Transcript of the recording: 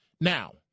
Now